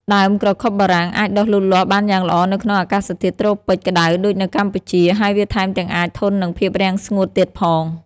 ដើមក្រខុបបារាំងអាចដុះលូតលាស់បានយ៉ាងល្អនៅក្នុងអាកាសធាតុត្រូពិចក្ដៅដូចនៅកម្ពុជា ហើយវាថែមទាំងអាចធន់នឹងភាពរាំងស្ងួតទៀតផង។